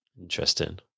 interesting